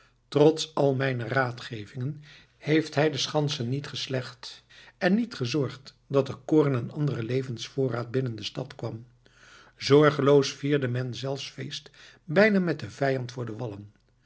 trots al mijne raadgevingen heeft hij de schansen niet geslecht en niet gezorgd dat er koren en andere levensvoorraad binnen de stad kwam zorgeloos vierde men zelfs feest bijna met den vijand voor de wallen